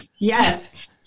yes